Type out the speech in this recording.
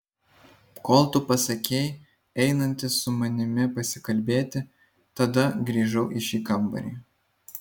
kol tu pasakei einantis su manimi pasikalbėti tada grįžau į šį kambarį